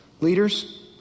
Leaders